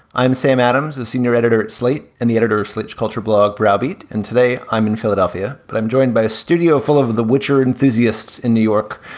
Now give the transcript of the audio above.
i'm sam adams, the senior editor at slate and the editor slate culture blog browbeat. and today, i'm in philadelphia, but i'm joined by a studio full of the witcher enthusiasts in new york.